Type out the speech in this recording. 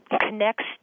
connects